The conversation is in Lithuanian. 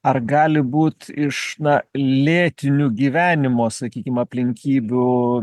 ar gali būt iš na lėtinių gyvenimo sakykim aplinkybių